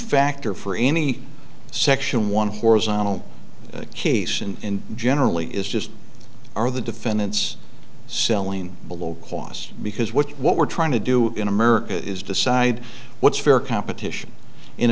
factor for any section one horizontal case in generally is just are the defendants selling below cost because what what we're trying to do in america is decide what's fair competition